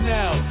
now